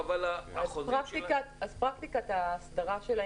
אז לגבי ההערה האחרונה שלך